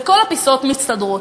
וכל הפיסות מסתדרות.